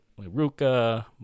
Ruka